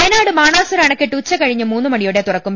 വയനാട് ബാണാസുര അണക്കെട്ട് ഉച്ചകഴിഞ്ഞ് മൂന്ന് മണി യോടെ തുറക്കും